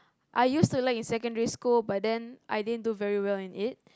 I used to like in the secondary school but then I didn't do very well in it